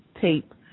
tape